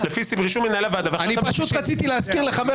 אנחנו לא ניתן לכם לפגוע בציבור הציוני הישראלי שיושב כאן,